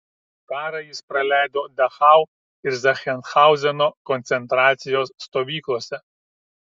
karą jis praleido dachau ir zachsenhauzeno koncentracijos stovyklose